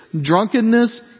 drunkenness